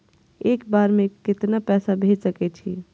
एक बार में केतना पैसा भेज सके छी?